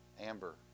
Amber